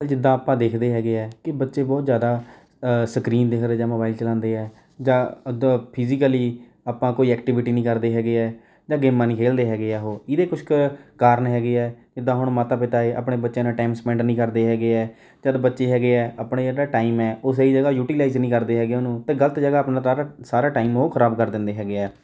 ਜਿੱਦਾਂ ਆਪਾਂ ਦੇਖਦੇ ਹੈਗੇ ਹੈ ਕਿ ਬੱਚੇ ਬਹੁਤ ਜ਼ਿਆਦਾ ਸਕਰੀਨ ਦੇਖਦੇ ਜਾਂ ਮੋਬਾਈਲ ਚਲਾਉਂਦੇ ਹੈ ਜਾਂ ਉੱਦਾਂ ਫਿਜੀਕਲੀ ਆਪਾਂ ਕੋਈ ਐਕਟੀਵਿਟੀ ਨਹੀਂ ਕਰਦੇ ਹੈਗੇ ਹੈ ਜਾਂ ਗੇਮਾਂ ਨਹੀਂ ਖੇਡਦੇ ਹੈਗੇ ਹੈ ਉਹ ਇਹਦੇ ਕੁਛ ਕੁ ਕਾਰਨ ਹੈਗੇ ਹੈ ਜਿੱਦਾਂ ਹੁਣ ਮਾਤਾ ਪਿਤਾ ਹੈ ਆਪਣੇ ਬੱਚਿਆਂ ਨਾਲ ਟਾਈਮ ਸਪੈਂਡ ਨਹੀਂ ਕਰਦੇ ਹੈਗੇ ਹੈ ਚਲ ਬੱਚੇ ਹੈਗੇ ਹੈ ਆਪਣੇ ਜਿਹੜਾ ਟਾਈਮ ਹੈ ਉਹ ਸਹੀ ਜਗ੍ਹਾ ਯੂਟੀਲਾਈਜ ਨਹੀਂ ਕਰਦੇ ਹੈਗੇ ਉਹਨੂੰ ਅਤੇ ਗਲਤ ਜਗ੍ਹਾ ਆਪਣਾ ਸਾਰਾ ਸਾਰਾ ਟਾਈਮ ਉਹ ਖਰਾਬ ਕਰ ਦਿੰਦੇ ਹੈਗੇ ਹੈ